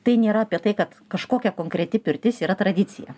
tai nėra apie tai kad kažkokia konkreti pirtis yra tradicija